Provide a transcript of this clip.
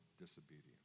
disobedience